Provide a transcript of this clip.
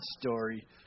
story